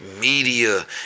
media